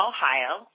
Ohio